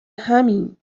همیم